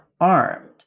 armed